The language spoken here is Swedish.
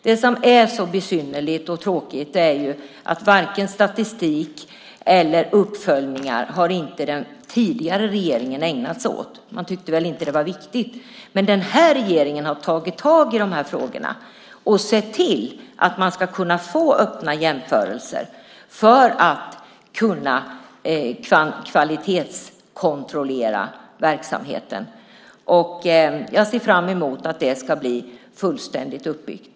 Det som är så besynnerligt och tråkigt är att den tidigare regeringen inte har ägnat sig åt vare sig statistik eller uppföljningar. Den tyckte väl inte att det var viktigt. Men den här regeringen har tagit tag i dessa frågor och sett till att man ska kunna få öppna jämförelser för att kunna kvalitetskontrollera verksamheten. Jag ser fram mot att det ska bli fullständigt uppbyggt.